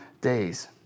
days